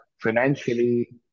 financially